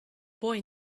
boy